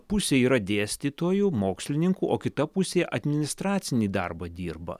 pusė yra dėstytojų mokslininkų o kita pusė administracinį darbą dirba